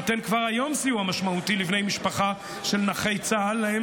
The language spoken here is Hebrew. נותן כבר היום סיוע משמעותי לבני משפחה של נכי צה"ל שיש להם